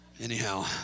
Anyhow